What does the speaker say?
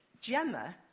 Gemma